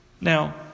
Now